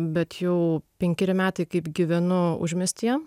bet jau penkeri metai kaip gyvenu užmiestyje